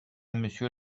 monsieur